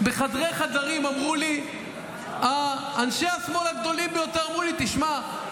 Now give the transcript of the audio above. בחדרי-חדרים אמרו לי אנשי השמאל הגדולים ביותר: שמע,